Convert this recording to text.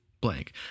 blank